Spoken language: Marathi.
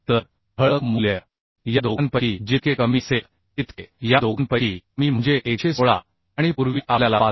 तर ठळक मूल्य या दोघांपैकी जितके कमी असेल तितके या दोघांपैकी कमी म्हणजे 116 आणि पूर्वी आपल्याला 65